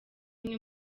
umwe